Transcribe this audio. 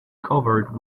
covered